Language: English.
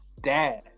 dad